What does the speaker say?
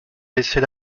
laisser